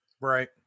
Right